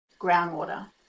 groundwater